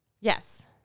Yes